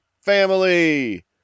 family